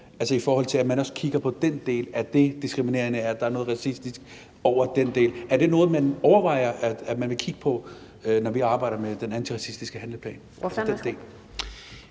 altså i forhold til at man også kigger på den del, i forhold til om det er diskriminerende, og om der er noget racistisk over den del? Er det noget, man overvejer at kigge på, når vi skal arbejde med den antiracistiske handleplan? Kl. 12:25 Den